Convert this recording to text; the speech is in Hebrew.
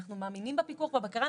אנחנו מאמינים בפיקוח ובבקרה,